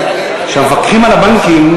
שהמפקחים על הבנקים,